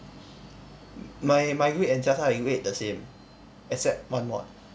my my grade and jia tai grade the same except one mod